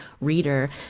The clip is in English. Reader